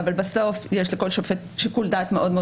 אבל בסוף יש לכל שופט שיקול דעת מאוד מאוד